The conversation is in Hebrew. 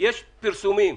יש פרסומים,